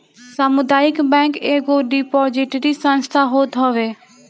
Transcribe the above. सामुदायिक बैंक एगो डिपोजिटरी संस्था होत हवे